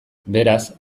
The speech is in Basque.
beraz